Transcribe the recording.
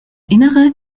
innere